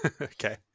Okay